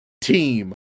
Team